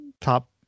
top